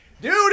dude